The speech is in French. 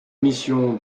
mission